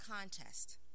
contest